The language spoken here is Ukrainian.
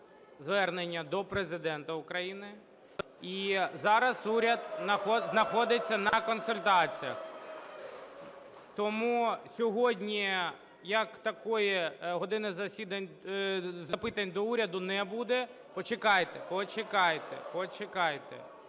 звернення до Президента України, і зараз уряд знаходиться на консультаціях. Тому сьогодні як такої "години запитань до Уряду" не буде. (Шум у залі) Почекайте. Почекайте.